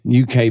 UK